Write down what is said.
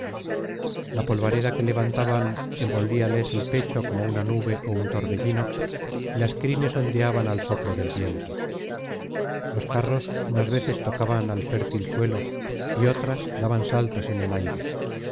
la polvareda que levantaban envolvíales el pecho como una nube ó un torbellino y las crines ondeaban al soplo del viento los carros unas veces tocaban al fértil suelo y otras daban saltos en el aire